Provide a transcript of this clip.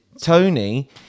tony